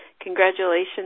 congratulations